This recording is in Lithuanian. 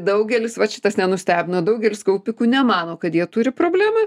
daugelis vat šitas nenustebina daugelis kaupikų nemano kad jie turi problemą